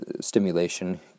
stimulation